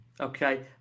Okay